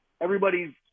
everybody's